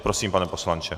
Prosím, pane poslanče.